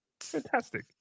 Fantastic